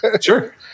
Sure